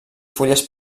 fulles